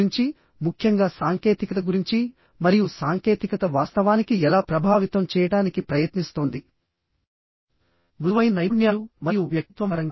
గురించి ముఖ్యంగా సాంకేతికత గురించి మరియు సాంకేతికత వాస్తవానికి ఎలా ప్రభావితం చేయడానికి ప్రయత్నిస్తోంది మృదువైన నైపుణ్యాలు మరియు వ్యక్తిత్వం పరంగా